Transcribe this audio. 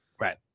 right